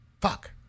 Fuck